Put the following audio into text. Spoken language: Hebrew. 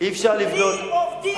בלי עובדים זרים.